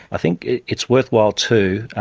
i think it's worthwhile too,